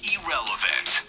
Irrelevant